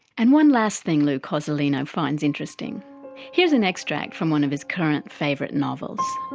and one last thing lou cozolino finds interesting here's an extract from one of his current favourite novels.